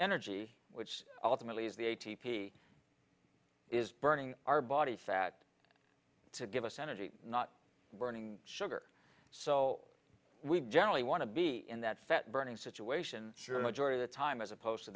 energy which ultimately is the a t p is burning our body fat to give us energy not burning sugar so we generally want to be in that fat burning situation sure majority the time as opposed to